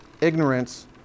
Ignorance